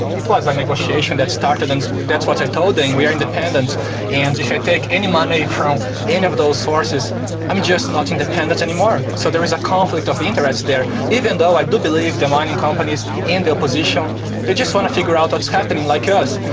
it was a negotiation that started and that's what i told them we are independent and if i take any money from any of those sources i'm just not independent anymore. so there is a conflict of interest there, even though i do believe the mining companies and the opposition they just want to figure out what's happening, like us.